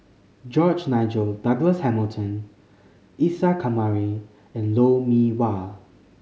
George Nigel Douglas Hamilton Isa Kamari and Lou Mee Wah